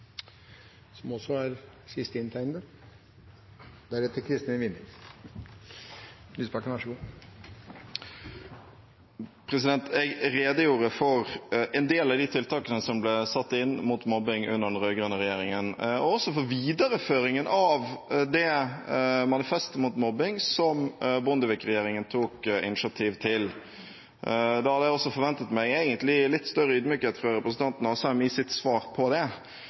Jeg redegjorde for en del av de tiltakene som ble satt inn mot mobbing under den rød-grønne regjeringen, og også for videreføringen av det manifestet mot mobbing som Bondevik-regjeringen tok initiativ til. Da hadde jeg egentlig også forventet meg litt større ydmykhet fra representanten Asheim i hans svar på det.